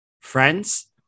friends